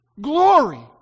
Glory